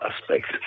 aspects